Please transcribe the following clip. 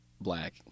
black